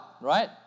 right